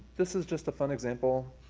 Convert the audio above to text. this is just a fun example,